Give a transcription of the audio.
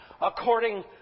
according